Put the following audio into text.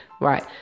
right